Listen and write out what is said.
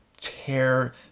tear